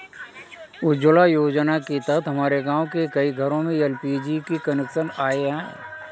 उज्ज्वला योजना के तहत हमारे गाँव के कई घरों में एल.पी.जी के कनेक्शन आए हैं